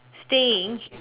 staying